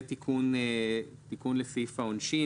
היא תיקון לסעיף העונשין.